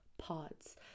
pods